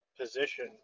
position